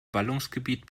ballungsgebiet